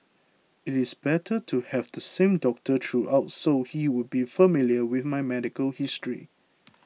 it is better to have the same doctor throughout so he would be familiar with my medical history